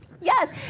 Yes